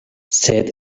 sed